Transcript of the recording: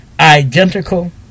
Identical